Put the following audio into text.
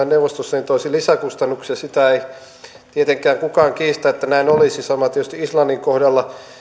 neuvostossa toisi lisäkustannuksia sitä ei tietenkään kukaan kiistä että näin olisi sama tietysti islannin kohdalla